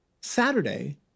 Saturday